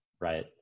right